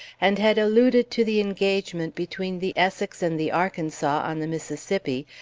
and had alluded to the engagement between the essex and the arkansas, on the mississippi,